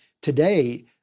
today